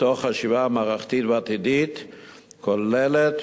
מתוך חשיבה מערכתית ועתידית כוללת,